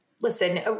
listen